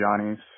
Johnny's